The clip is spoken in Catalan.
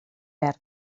verd